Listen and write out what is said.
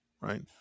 right